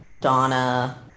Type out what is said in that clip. Donna